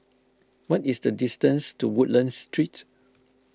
what is the distance to Woodlands Street